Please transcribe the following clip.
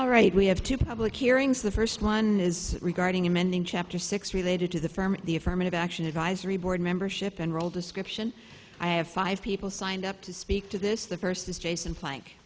all right we have two public hearings the first one is regarding amending chapter six related to the firm the affirmative action advisory board membership enroll description i have five people signed up to speak to this the first is jason like